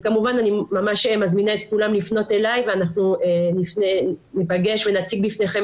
וכמובן אני ממש מזמינה את כולם לפנות אליי ואנחנו ניפגש ונציג בפניכם